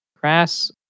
Grass